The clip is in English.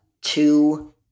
two